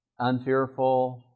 unfearful